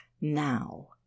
now